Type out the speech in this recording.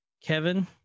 Kevin